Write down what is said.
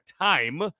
time